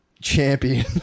Champion